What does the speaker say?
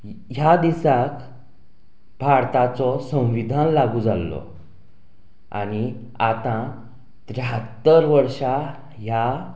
ह्या दिसाक भारताचो संविधान लागू जाल्लो आनी आतां त्रेहात्तर वर्शां ह्या